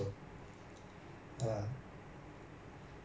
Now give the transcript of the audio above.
I feel like hawker food is even better like all involved